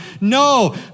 No